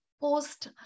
post